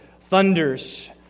thunders